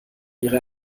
ihre